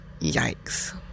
Yikes